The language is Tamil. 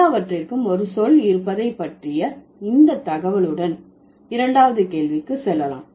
எல்லாவற்றிற்கும் ஒரு சொல் இருப்பதை பற்றிய இந்த தகவலுடன் இரண்டாவது கேள்விக்கு செல்லலாம்